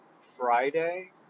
Friday